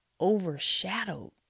overshadowed